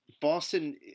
Boston